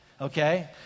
Okay